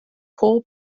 pob